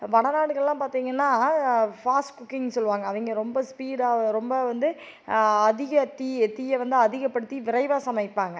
வடநாடுகள்லாம் பார்த்திங்கன்னா ஃபாஸ்ட் குக்கிங்ன்னு சொல்வாங்க அவங்க ரொம்ப ஸ்பீடாக ரொம்ப வந்து அதிக தீயை வந்து அதிகப்படுத்தி விரைவாக சமைப்பாங்க